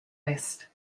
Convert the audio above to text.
list